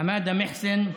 חמאדה מוחסן,